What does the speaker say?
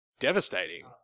devastating